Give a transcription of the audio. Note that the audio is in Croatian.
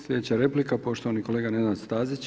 Sljedeća replika poštovani kolega Nenad Stazić.